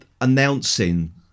announcing